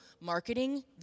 marketing